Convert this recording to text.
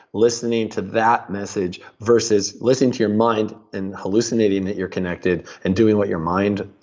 listening to that message, versus listening to your mind and hallucinating that you're connected and doing what your mind,